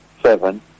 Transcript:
seven